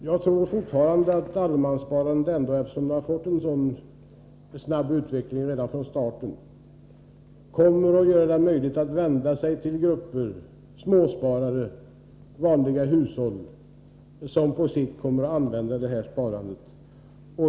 Jag tror fortfarande att allemanssparandet, som ju redan från starten har fått en sådan snabb utveckling, kommer att göra det möjligt för grupper småsparare och vanliga hushåll att på sikt utnyttja den här sparformen.